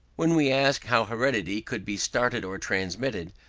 when we ask how heredity could be started or transmitted,